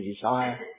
desire